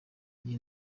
iyi